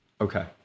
Okay